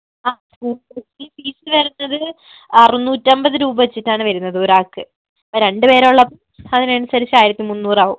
ആ സ്കൂൾ ബസ്സിന് ഫീസ് വരുന്നത് അറുന്നൂറ്റമ്പത് രൂപ വച്ചിട്ടാണ് വരുന്നത് ഒരാൾക്ക് ഓ രണ്ട് പേരുള്ളപ്പോൾ അതിനനുസരിച്ച് ആയിരത്തി മൂന്നൂറാവും